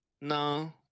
No